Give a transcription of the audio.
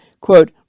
quote